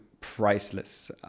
Priceless